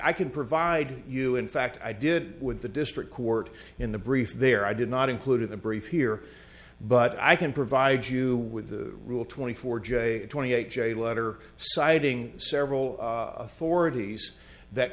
i can provide you in fact i did with the district court in the brief there i did not include in the brief here but i can provide you with the rule twenty four j twenty eight j letter citing several authorities that